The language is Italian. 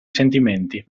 sentimenti